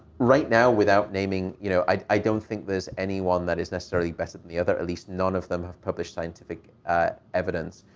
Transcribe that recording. right now, without naming, you know, i don't think there's anyone that is necessarily better than the other, at least none of them have published scientific evidence.